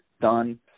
done